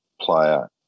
player